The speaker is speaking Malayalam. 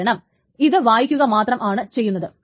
കാരണം ഇത് വായിക്കുക മാത്രമാണ് ചെയ്യുന്നത്